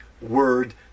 word